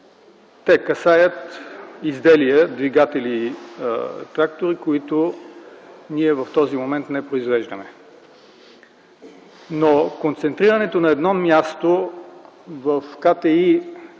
Те касаят изделия – двигатели и трактори, които ние в този момент не произвеждаме. Концентрирането на едно място в КТИ